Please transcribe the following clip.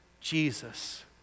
Jesus